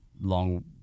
long